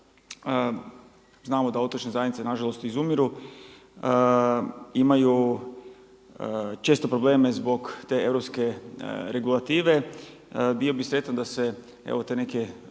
Znamo da otočne zajednice, nažalost izumiru, imaju često probleme zbog te europske regulative, bio bi sretan da se evo te neke